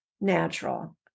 natural